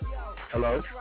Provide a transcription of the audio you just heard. Hello